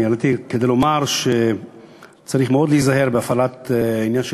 אני עליתי כדי לומר שצריך מאוד להיזהר בהפעלת עניין של